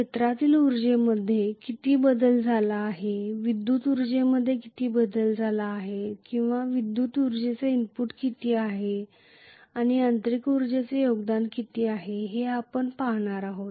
क्षेत्रातील उर्जेमध्ये किती बदल झाले आहेत विद्युत उर्जेमध्ये किती बदल झाले आहेत किंवा विद्युत उर्जेचे इनपुट किती आहे आणि यांत्रिक उर्जेचे योगदान किती आहे हे आपण पाहणार आहोत